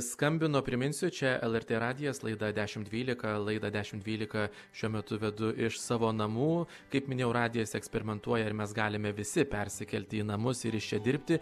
skambino priminsiu čia lrt radijas laida dešimt dvylika laidą dešimt dvylika šiuo metu vedu iš savo namų kaip minėjau radijas eksperimentuoja ir mes galime visi persikelti į namus ir iš čia dirbti